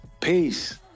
Peace